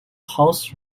house